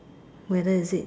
whether is it